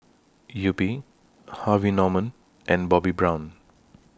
Yupi Harvey Norman and Bobbi Brown